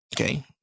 Okay